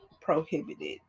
prohibited